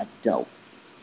adults